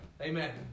Amen